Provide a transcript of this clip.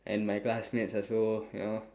and my classmates also you know